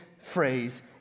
phrase